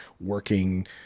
working